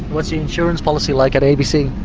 what's the insurance policy like at abc?